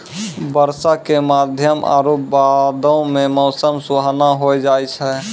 बरसा के समय आरु बादो मे मौसम सुहाना होय जाय छै